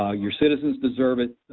ah your citizens deserve it,